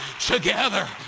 Together